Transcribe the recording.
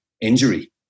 injury